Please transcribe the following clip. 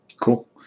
Cool